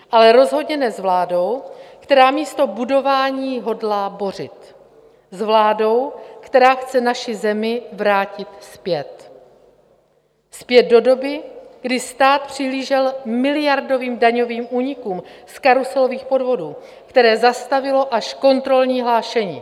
Ale rozhodně ne s vládou, která místo budování hodlá bořit, s vládou, která chce naši zemi vrátit zpět zpět do doby, kdy stát přihlížel miliardovým daňovým únikům z karuselových podvodů, které zastavilo až kontrolní hlášení.